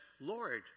Lord